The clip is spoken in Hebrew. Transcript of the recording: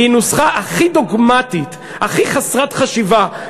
הוא הנוסחה הכי דוגמטית, הכי חסרת חשיבה.